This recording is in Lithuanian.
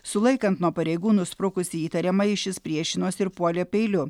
sulaikant nuo pareigūnų sprukusį įtariamąjį šis priešinosi ir puolė peiliu